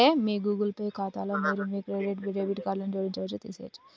మీ Google Pay ఖాతాలో మీరు మీ క్రెడిట్, డెబిట్ కార్డులను జోడించవచ్చు, తీసివేయచ్చు